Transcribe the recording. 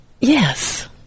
Yes